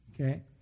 Okay